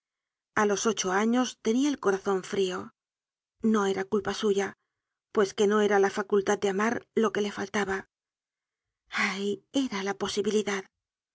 a los ocho años tenia el corazon frio no era culpa suya pues que no era la facultad de amar lo que le faltaba ay era la posibilidad